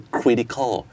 critical